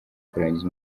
kurangiza